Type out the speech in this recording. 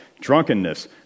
drunkenness